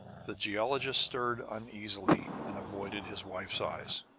the geologist stirred uneasily, and avoided his wife's eyes.